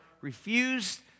refused